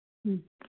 ꯎꯝ